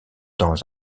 dans